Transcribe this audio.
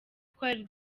twari